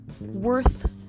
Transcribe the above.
worth